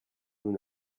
nous